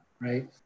Right